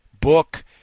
book